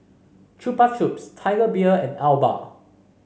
Chupa Chups Tiger Beer and Alba